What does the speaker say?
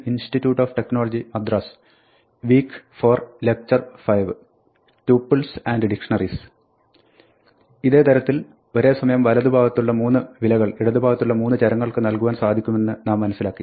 ഇതേ തരത്തിൽ ഒരേ സമയം വലത് ഭാഗത്തുള്ള മൂന്ന് വിലകൾ ഇടത് ഭാഗത്തുള്ള മൂന്ന് ചരങ്ങൾക്ക് നൽകുവാൻ സാധിക്കുമെന്ന് നാം മനസ്സിലാക്കി